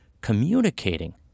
communicating